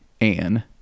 Anne